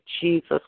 Jesus